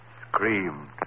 Screamed